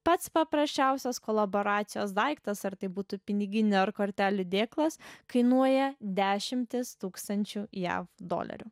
pats paprasčiausias kolaboracijos daiktas ar tai būtų piniginė ar kortelių dėklas kainuoja dešimtis tūkstančių jav dolerių